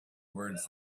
words